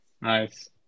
Nice